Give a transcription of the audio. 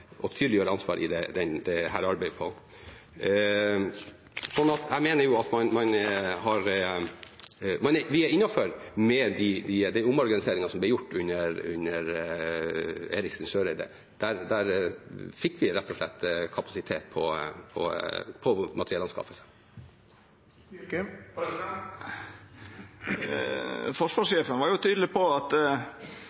og tydeliggjøre ansvar i dette arbeidet på. Jeg mener at vi er innenfor med den omorganiseringen som ble gjort under Eriksen Søreide. Der fikk vi rett og slett kapasitet på materiellanskaffelse. Forsvarssjefen var jo tydeleg på